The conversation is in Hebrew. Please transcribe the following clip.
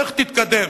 לך תתקדם.